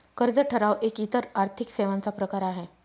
कर्ज ठराव एक इतर आर्थिक सेवांचा प्रकार आहे